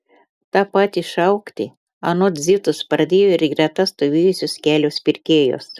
tą patį šaukti anot zitos pradėjo ir greta stovėjusios kelios pirkėjos